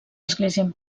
església